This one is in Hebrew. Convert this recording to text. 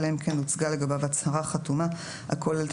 אלא אם כן הוצגה לגביו הצהרה חתומה הכוללת